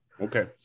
Okay